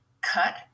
cut